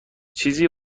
چیزی